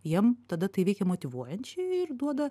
jiem tada tai veikia motyvuojančiai ir duoda